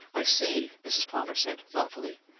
i see, mrs. palmer said, thoughtfully.